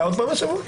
היה עוד פעם השבוע?